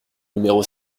numéro